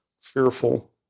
fearful